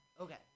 Okay